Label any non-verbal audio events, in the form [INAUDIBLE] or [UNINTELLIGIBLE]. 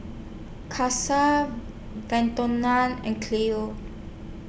Kasie [UNINTELLIGIBLE] and Chloe